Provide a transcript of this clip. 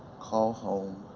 call home,